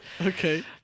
Okay